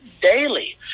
daily